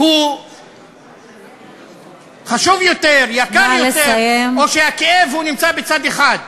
הוא חשוב יותר, יקר יותר, או שהכאב נמצא בצד אחד?